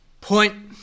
point